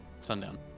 Sundown